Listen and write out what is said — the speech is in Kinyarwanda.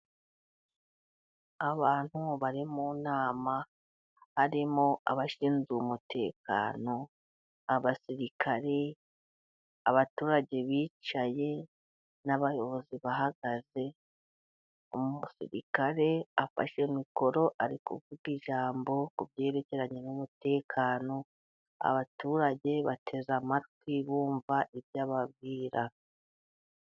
Abantu bari mu nama, harimo abashinzwe umutekano, abasirikari, abaturage bicaye, n'abayobozi bahagaze. Umusirikare afashe mikoro ari kuvuga ijambo ku byerekeranye n'umutekano, abaturage bateze amatwi bumva ibyo ababwira.